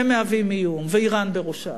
ואירן בראשם,